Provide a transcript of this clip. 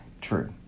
True